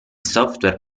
software